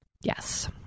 Yes